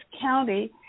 County